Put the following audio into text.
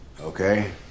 Okay